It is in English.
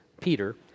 Peter